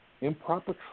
improper